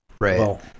Right